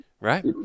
Right